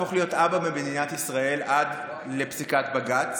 אני לא יכול להפוך להיות אבא במדינת ישראל עד לפסיקת בג"ץ.